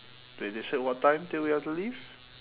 wait they said what time till we have to leave